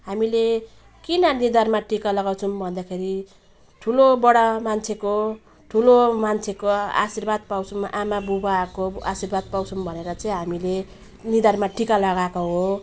हामीले किन निधारमा टिका लगाउँछौँ भन्दाखेरि ठुलो बडा मान्छेको ठुलो मान्छेको आशीर्वाद पाउँछौँ आमा बुबाहरूको आशीर्वाद पाउँछौँ भनेर चाहिँ हामीले निधारमा टिका लगाएको हो